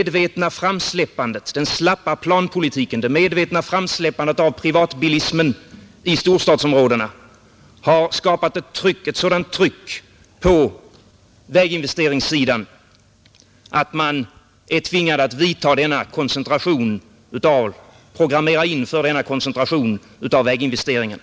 Den slappa planpolitiken och det medvetna framsläppandet av privatbilismen i storstadsområdena har skapat ett sådant tryck på väginvesteringssidan att man är tvingad att programmera in denna koncentration av väginvesteringarna.